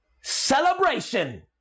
celebration